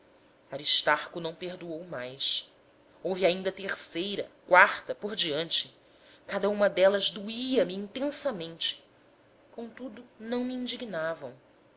aristarco não perdoou mais houve ainda terceira quarta por diante cada uma delas doía-me intensamente contudo não me indignavam